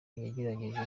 yaragerageje